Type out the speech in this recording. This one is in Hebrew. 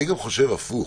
אני גם חושב הפוך.